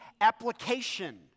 application